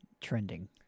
Trending